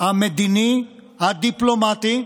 המדיני הדיפלומטי,